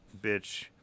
bitch